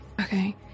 okay